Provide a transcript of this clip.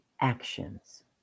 actions